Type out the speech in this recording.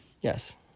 Yes